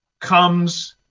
comes